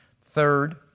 Third